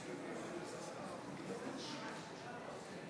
42 תומכים,